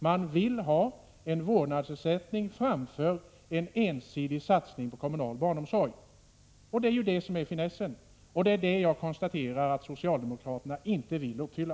Man vill ha en vårdnadsersättning framför en ensidig satsning på kommunal barnomsorg. Det är det som är finessen, och det är det jag konstaterar att socialdemokraterna inte vill uppfylla.